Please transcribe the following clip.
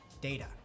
data